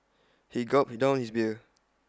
he gulped down his beer